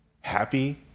happy